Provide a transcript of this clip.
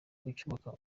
kucyubaka